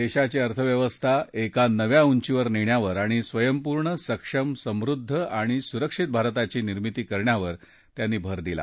देशाची अर्थव्यवस्था एका नव्या उंचीवर नेण्यावर आणि स्वयंपूर्ण सक्षम समृद्ध आणि सुरक्षित भारताची निर्मिती करण्यावर त्यांनी भर दिला